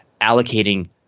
allocating